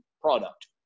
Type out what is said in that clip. product